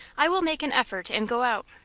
i will make an effort and go out.